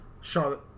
Charlotte